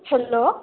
hello